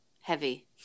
heavy